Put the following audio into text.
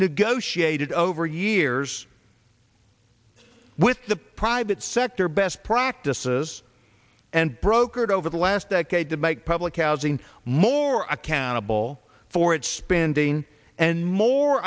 negotiated over years with the private sector best practices and brokered over the last decade to make public housing more accountable for its spending and more